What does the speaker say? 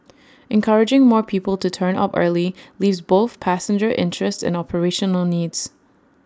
encouraging more people to turn up early leaves both passenger interests and operational needs